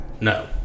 No